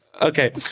Okay